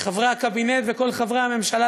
לחברי הקבינט וכל חברי הממשלה,